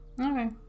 Okay